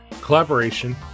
collaboration